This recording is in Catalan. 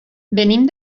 venim